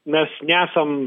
mes nesam